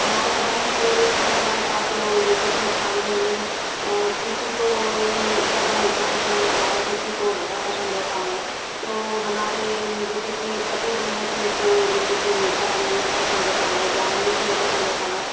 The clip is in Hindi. हमारे घर में तो यह खाना बनता है तो जैसे कि खाने में किसी को ज़्यादा मीठा पसन्द होता है किसी को हल्का पसन्द होता है तो हमारे जैसे कि पति जी हैं तो उनको जैसे कि मीठा नमक पसन्द होता है ज़्यादा मिर्च नहीं पसन्द होती है